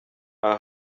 aha